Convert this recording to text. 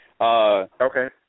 Okay